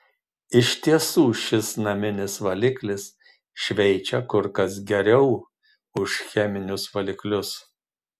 iš tiesų šis naminis valiklis šveičia kur kas geriau už cheminius valiklius